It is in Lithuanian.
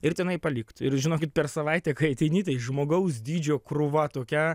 ir tenai palikt ir žinokit per savaitę kai ateini tai žmogaus dydžio krūva tokia